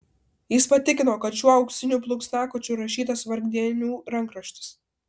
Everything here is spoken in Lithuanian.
jis patikino kad šiuo auksiniu plunksnakočiu rašytas vargdienių rankraštis